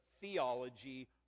theology